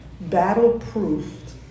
battle-proofed